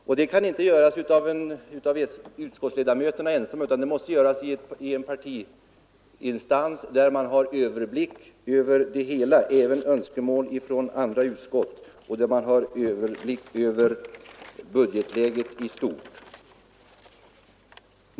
Och denna prioritering kan inte göras av utskottsledamöterna ensamma, utan det måste göras i en partiinstans där man har överblick över det hela — även över önskemålen från andra utskott — och över budgetläget i stort.